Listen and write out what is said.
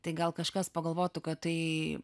tai gal kažkas pagalvotų kad tai